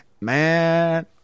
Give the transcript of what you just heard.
Man